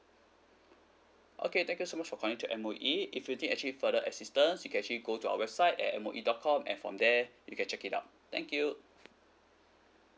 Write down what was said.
okay thank you so much for calling to M_O_E if you need actually further assistance you can actually go to our website at M O E dot com and from there you can check it out thank you